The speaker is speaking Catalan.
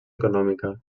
econòmica